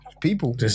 people